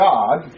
God